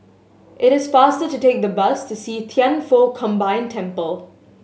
it is faster to take the bus to See Thian Foh Combined Temple